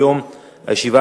כי הונחו היום על שולחן הכנסת,